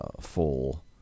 full